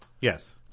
yes